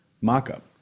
mock-up